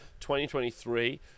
2023